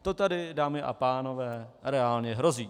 To tady, dámy a pánové, reálně hrozí.